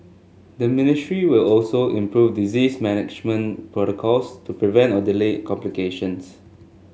the ministry will also improve disease management protocols to prevent or delay complications